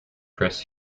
chris